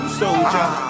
soldier